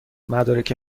مدارک